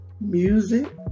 music